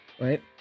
right